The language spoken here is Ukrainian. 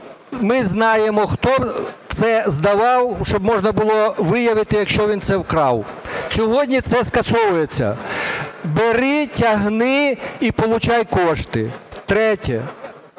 ми знаємо хто це здавав, щоб можна було виявити, якщо він це вкрав. Сьогодні це скасовується. Бери, тягни і получай кошти. Третє.